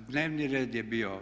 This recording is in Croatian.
Dnevni red je bio